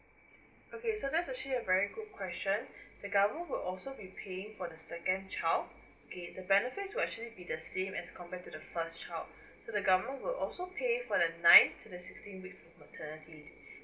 okay so that's actually a very good question the government will also be paying for the second child okay the benefits will actually be the same as compare to the first child so the government will also pay from the ninth to the sixteenth week of maternity leave